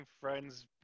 friends